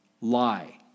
Lie